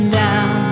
down